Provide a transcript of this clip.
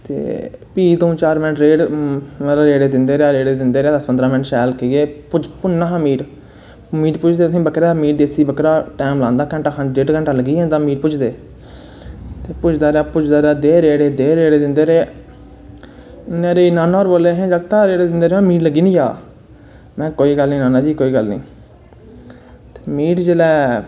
ते फ्ही दऊं चार मैंट रेह्ड़े दिंदा रेहा दस पंदरां मिन्ट की कि भुन्ना हा मीट मीट भुजदैं तुसें पता ऐ देस्सी बकरा भुजदें टैम लांदा घैंटा खंड डेड़ घैंटा लग्गी गै जंदा मीट भुजदैं भुजदा रेहा भुजदा रेहा दे रेड़े दिंदा रेहा मेरे नाना होरैं बोलेआ जागता रेड़े दिंदा रवेआं मीट लग्गी नी जा महां कोई नी नाना जी कोई गल्ल नी मीट जिसलै